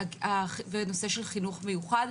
ונושא של חינוך מיוחד,